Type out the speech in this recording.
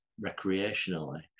recreationally